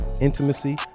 intimacy